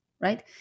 right